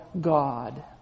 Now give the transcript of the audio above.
God